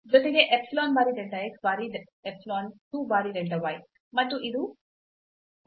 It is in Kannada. ಜೊತೆಗೆ epsilon ಬಾರಿ delta x ಬಾರಿ epsilon 2 ಬಾರಿ delta y